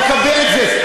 מקבל את זה.